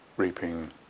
reaping